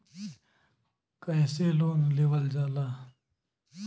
कैसे लोन लेवल जाला?